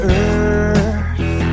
earth